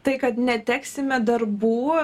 tai kad neteksime darbų